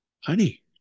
honey